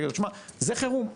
תגיד לו שזה חירום,